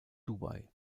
dubai